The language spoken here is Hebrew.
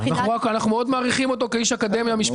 אנחנו מאוד מעריכים אותו כאיש אקדמיה משפטי,